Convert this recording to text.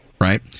right